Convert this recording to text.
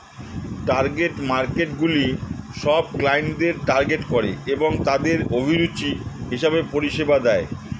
target মার্কেটসগুলি সব ক্লায়েন্টদের টার্গেট করে এবং তাদের অভিরুচি হিসেবে পরিষেবা দেয়